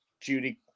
Judy